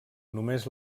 només